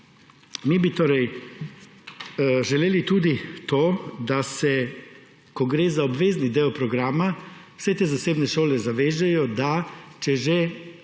Mi bi torej želeli tudi to, da se, ko gre za obvezni del programa, te zasebne šole zavežejo, da, če že